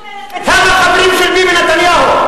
הם החברים של ביבי נתניהו.